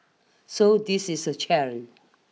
so this is a challenge